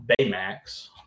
Baymax